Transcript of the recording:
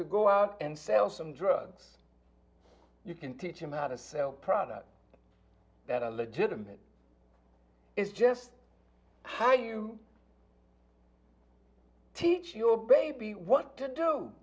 to go out and sell some drugs you can teach him out or sell products that are legitimate is just how you teach your baby what to do